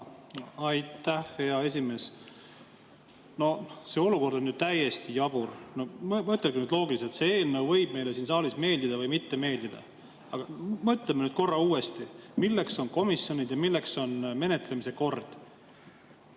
Aitäh, hea esimees! No see olukord on ju täiesti jabur! Mõtelge nüüd loogiliselt. See eelnõu võib meile siin saalis meeldida või mitte meeldida, aga mõtleme korra uuesti, milleks on komisjonid ja milleks on menetlemise kord.